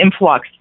influx